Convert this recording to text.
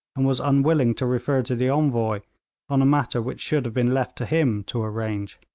and was unwilling to refer to the envoy on a matter which should have been left to him to arrange.